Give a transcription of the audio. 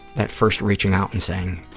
that first reaching out and saying,